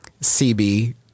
CB